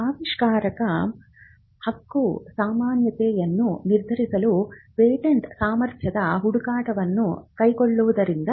ಆವಿಷ್ಕಾರದ ಹಕ್ಕುಸ್ವಾಮ್ಯತೆಯನ್ನು ನಿರ್ಧರಿಸಲು ಪೇಟೆಂಟ್ ಸಾಮರ್ಥ್ಯದ ಹುಡುಕಾಟವನ್ನು ಕೈಗೊಳ್ಳುವುದರಿಂದ